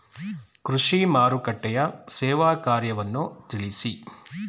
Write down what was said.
ಕೃಷಿ ಮಾರುಕಟ್ಟೆಯ ಸೇವಾ ಕಾರ್ಯವನ್ನು ತಿಳಿಸಿ?